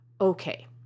Okay